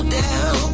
down